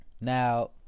Now